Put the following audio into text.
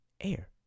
air